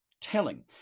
telling